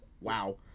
wow